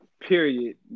period